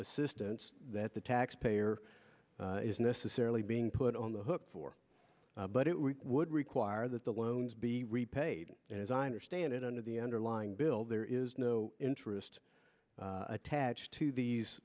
assistance that the taxpayer is necessarily being put on the hook for but it would require that the loans be repaid and as i understand it under the underlying bill there is no interest attached to these